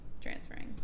transferring